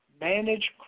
Manage